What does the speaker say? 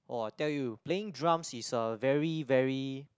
orh I tell you playing drums is uh very very